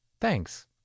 Thanks